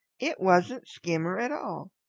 it wasn't skimmer at all.